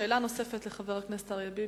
שאלה נוספת לחבר הכנסת אריה ביבי.